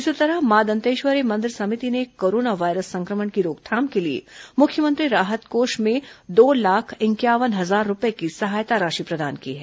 इसी तरह मां दंतेश्वरी मंदिर समिति ने कोरोना वायरस संक्रमण की रोकथाम के लिए मुख्यमंत्री राहत कोष में दो लाख इंक्यावन हजार रूपये की सहायता राशि प्रदान की है